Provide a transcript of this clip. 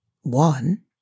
one